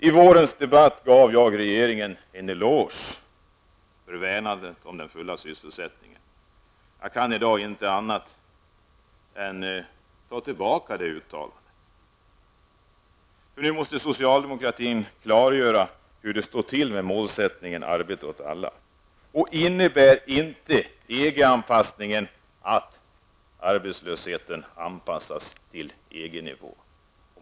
I vårens debatt gav jag regeringen en eloge för värnandet om den fulla sysselsättningen. Jag kan i dag inte annat än att ta tillbaka detta uttalande. Socialdemokratin måste i dag klargöra hur det står till med målsättningen arbete åt alla. Innebär inte EG-anpassningen att arbetslösheten skall anpassas till EG-nivå?